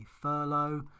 furlough